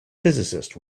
physicist